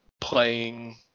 playing